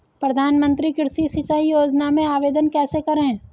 प्रधानमंत्री कृषि सिंचाई योजना में आवेदन कैसे करें?